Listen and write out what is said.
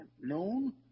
known